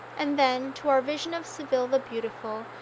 and then to our vision of seville the beautiful,